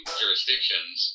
jurisdictions